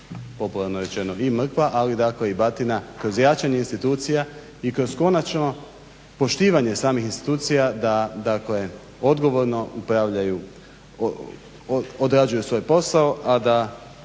popularno rečeno i mrkva, ali dakle i batina kroz jačanje institucija i kroz konačno poštivanje samih institucija da odgovorno odrađuju svoj posao, a da